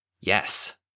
yes